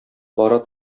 бара